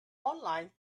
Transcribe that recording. online